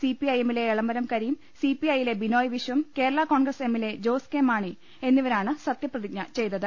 C P I എമ്മിലെ Elamaram Kareem C P I യിലെ Binoy Viswam Kerala Congress എമ്മിലെ ജോസ് കെ മാണി എന്നിവരാണ് സത്യപ്രതിജ്ഞ ചെയ്തത്